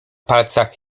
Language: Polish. palcach